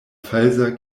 falsa